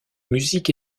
musique